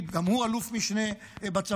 שגם הוא אלוף משנה בצבא,